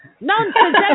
Nonsense